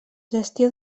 gestió